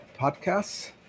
podcasts